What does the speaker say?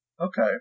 Okay